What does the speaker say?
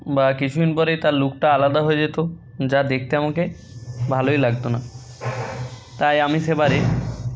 বা কিছু দিন পরে তার লুকটা আলাদা হয়ে যেত যা দেখতে আমাকে ভালোই লাগত না তাই আমি সেবারে